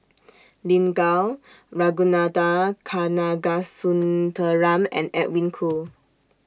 Lin Gao Ragunathar Kanagasuntheram and Edwin Koo